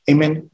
Amen